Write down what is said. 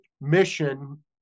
mission